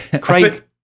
Craig